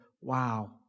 wow